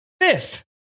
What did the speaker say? fifth